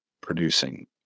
producing